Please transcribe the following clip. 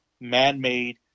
man-made